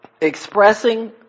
expressing